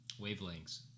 wavelengths